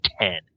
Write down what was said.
ten